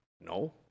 No